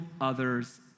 others